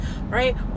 right